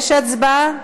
יש הצבעה?